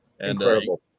Incredible